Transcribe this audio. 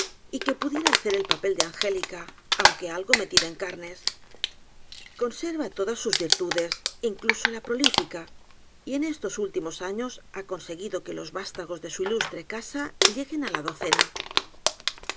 y que pudiera hacer el papel de angélica aunque algo metida en carnes conserva todas sus virtudes in cluso la prolífica y en estos últimos años ha con seguido que los vástagos de su ilustre casa lleguen á la docena